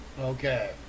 Okay